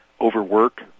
overwork